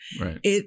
Right